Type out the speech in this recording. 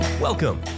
Welcome